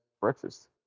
breakfast